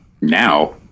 Now